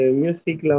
music